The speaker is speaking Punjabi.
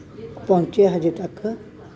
ਪਹੁੰਚਿਆ ਹਾਲੇ ਤੱਕ